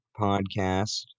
podcast